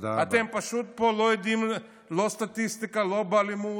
אתם פשוט פה לא יודעים לא סטטיסטיקה, לא באלימות,